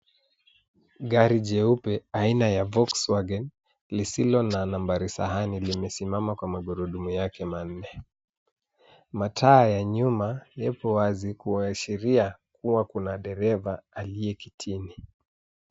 Gari jeupe aina ya Volkswagen lisilo na nambari sahani limesimama kwa magurudumu yake manne. Mataa ya nyuma yapo wazi kuashiria kuwa kuna dereva aliye kitini.